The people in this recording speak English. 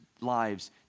lives